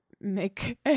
make